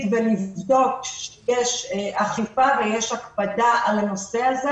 ולבדוק שיש אכיפה ויש הקפדה על הנושא הזה.